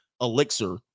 elixir